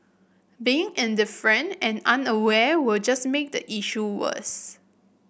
being indifferent and unaware will just make the issue worse